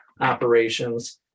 operations